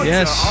Yes